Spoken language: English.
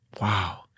Wow